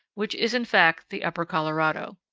which is in fact the upper colorado.